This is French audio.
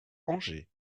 angers